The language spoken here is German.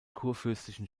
kurfürstlichen